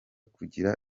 kugira